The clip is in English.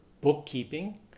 bookkeeping